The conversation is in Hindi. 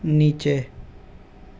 नीचे